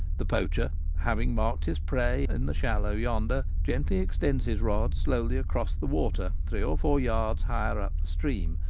the poacher, having marked his prey in the shallow yonder, gently extends his rod slowly across the water three or four yards higher up the stream,